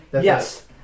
Yes